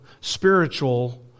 spiritual